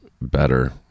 better